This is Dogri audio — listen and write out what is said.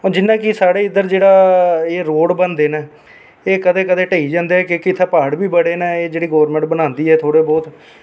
जि'यां कि एह् साढ़े जेह्ड़ा इद्धर रोड़ बनदे न एह् कदें कदें ढेही जंदे न की के इत्थें प्हाड़ बी बड़े न जेह्ड़ी गोरमैंट बनांदी ऐ थोह्ड़ा बहोत